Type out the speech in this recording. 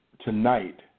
tonight